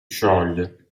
scioglie